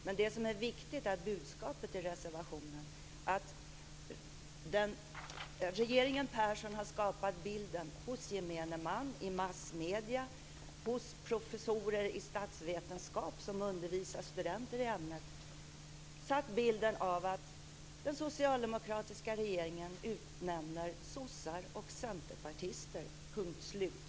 Men det som är viktigt är budskapet i reservationen: Regeringen Persson har skapat bilden hos gemene man, i massmedierna och hos professorer i statsvetenskap som undervisar studenter i ämnet av att den socialdemokratiska regeringen utnämner sossar och centerpartister. Punkt, slut.